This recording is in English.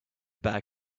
bag